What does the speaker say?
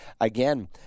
Again